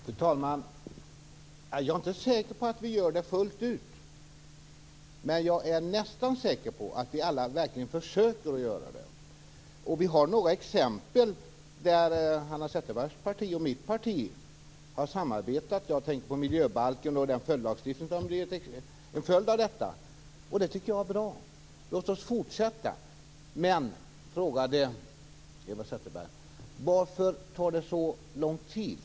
Fru talman! Jag är inte säker på att vi gör det fullt ut. Men jag är nästan säker på att vi alla verkligen försöker att göra det. Vi har några exempel där Hanna Zetterbergs parti och mitt parti har samarbetat. Jag tänker på miljöbalken och följdlagstiftningen till den. Det tycker jag var bra. Låt oss fortsätta! Hanna Zetterberg frågade varför det tar så lång tid.